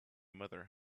mother